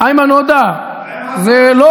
זה אתה,